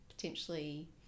potentially